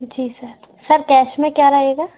जी sir sir cash में क्या रहेगा